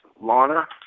Lana